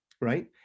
right